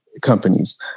companies